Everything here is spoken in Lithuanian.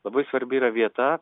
labai svarbi yra vieta